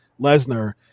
Lesnar